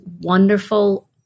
wonderful